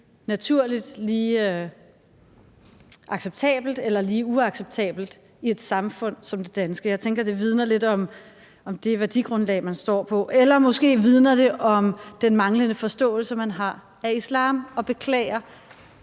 naturlige, altså lige acceptabelt eller lige uacceptabelt, i et samfund som det danske. Jeg tænker, at det vidner lidt om det værdigrundlag, som man står på, eller måske vidner det om den manglende forståelse, man har af islam. Og jeg beklager,